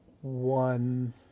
one